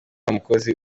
mukozi